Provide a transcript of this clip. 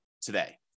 today